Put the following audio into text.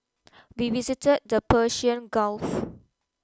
we visited the Persian Gulf